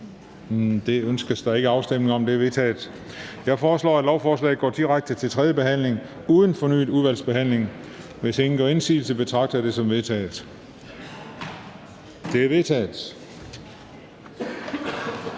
nr. 1 tiltrådt af udvalget? Det er vedtaget. Jeg foreslår, at lovforslaget går direkte til tredje behandling uden fornyet udvalgsbehandling. Hvis ingen gør indsigelse, betragter jeg dette som vedtaget. Det er vedtaget.